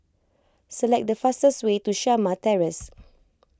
select the fastest way to Shamah Terrace